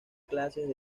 clases